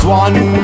one